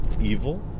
evil